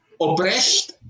oppressed